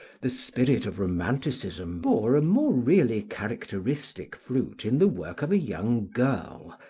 the spirit of romanticism bore a more really characteristic fruit in the work of a young girl,